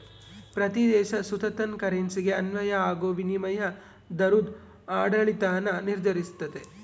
ಪ್ರತೀ ದೇಶ ಸುತ ತನ್ ಕರೆನ್ಸಿಗೆ ಅನ್ವಯ ಆಗೋ ವಿನಿಮಯ ದರುದ್ ಆಡಳಿತಾನ ನಿರ್ಧರಿಸ್ತತೆ